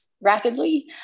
rapidly